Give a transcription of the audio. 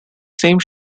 same